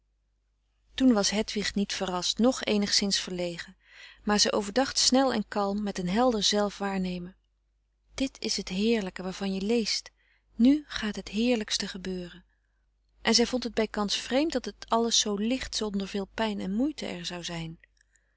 toen was hedwig niet verrast noch eenigszins verlegen maar zij overdacht snel en kalm met een helder zelf waarnemen dit is het heerlijke waarvan je leest nu gaat het heerlijkste gebeuren en zij vond het bijkans vreemd dat het alles zoo licht zonder veel pijn en moeite er zou zijn